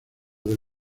del